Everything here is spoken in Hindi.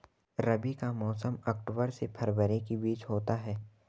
रबी का मौसम अक्टूबर से फरवरी के बीच होता है